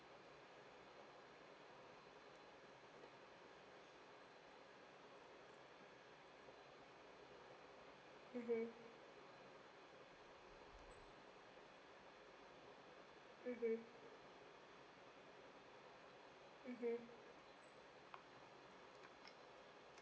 mmhmm